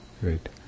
Great